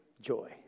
joy